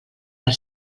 per